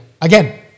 Again